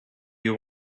you